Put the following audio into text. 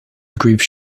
groove